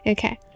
Okay